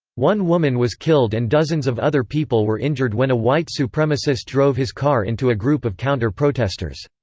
one woman was killed and dozens of other people were injured when a white supremacist drove his car into a group of counter-protesters.